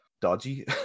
dodgy